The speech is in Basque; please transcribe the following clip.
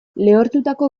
lehortutako